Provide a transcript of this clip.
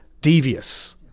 devious